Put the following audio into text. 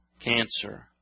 cancer